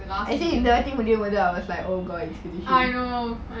I know I